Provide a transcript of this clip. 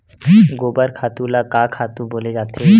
गोबर खातु ल का खातु बोले जाथे?